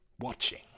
Watching